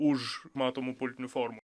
už matomų politinių formų